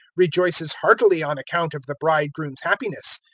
rejoices heartily on account of the bridegroom's happiness.